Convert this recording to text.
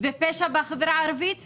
ופשע בחברה הערבית ומאז,